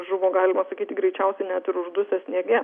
žuvo galima sakyti greičiausiai net uždusęs sniege